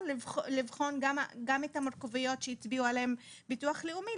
לבחון גם את המורכבויות שהצביעו עליהן ביטוח לאומי,